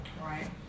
Right